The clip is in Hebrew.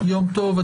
יום טוב.